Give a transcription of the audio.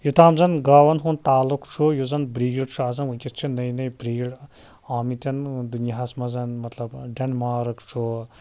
یوٚتام زن گاوَن ہُنٛد تعلُق چھُ یُس زَن بریٖڈ چھُ آسان وُنکٮ۪س چھِ نٔوۍ نٔوۍ بریٖڈ دُنیاہَس مَنز مَطلَب ڈیٚن مارٕک چھُ